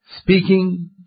Speaking